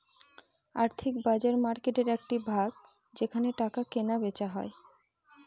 আর্থিক বাজার মার্কেটের একটি ভাগ যেখানে টাকা কেনা বেচা হয়